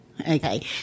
okay